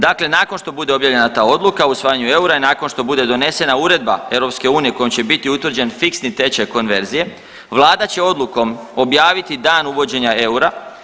Dakle, nakon što bude objavljena ta odluka o usvajanju eura, nakon što bude donesena uredba EU kojom će biti utvrđen fiksni tečaj konverzije Vlada će odlukom objaviti dan uvođenja eura.